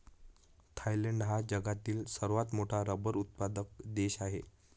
Thailand हा जगातील सर्वात मोठा रबर उत्पादक देश आहे